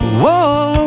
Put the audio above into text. Whoa